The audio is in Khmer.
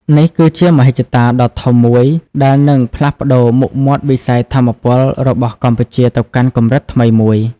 នេះគឺជាមហិច្ឆតាដ៏ធំមួយដែលនឹងផ្លាស់ប្ដូរមុខមាត់វិស័យថាមពលរបស់កម្ពុជាទៅកាន់កម្រិតថ្មីមួយ។